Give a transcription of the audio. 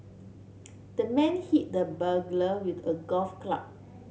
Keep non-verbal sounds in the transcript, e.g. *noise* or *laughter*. *noise* the man hit the burglar with a golf club